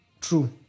True